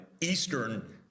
eastern